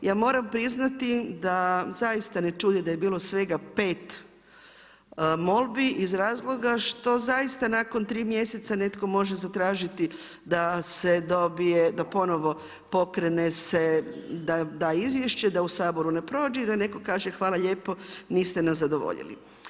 Ja moram priznati da zaista me čudi da je bilo svega pet molbi iz razloga što zaista nakon tri mjeseca netko može zatražiti da se dobije, da ponovo pokrene se da izvješće u Saboru ne prođe i da netko kaže hvala lijepo niste nas zadovoljili.